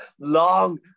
long